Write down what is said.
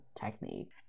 technique